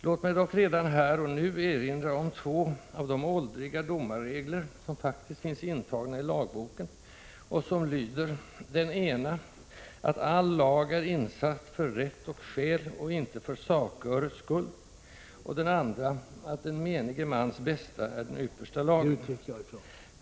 Låt mig dock redan här och nu erinra om två av de åldriga domarregler som faktiskt finns intagna i lagboken och som lyder, den ena: ”All lag är insatt för rätt och skäl, och icke för saköre skull”, och den andra: ”Den menige mans bästa är den yppersta lagen”.